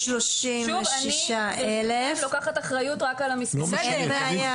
אני לוקחת אחריות רק על המספרים אצלי.